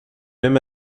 même